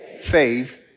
Faith